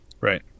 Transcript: Right